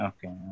Okay